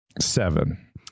Seven